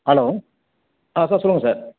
hello ஆ sir சொல்லுங்கள் sir